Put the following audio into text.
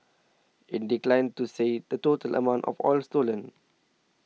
it declined to say the total amount of oil stolen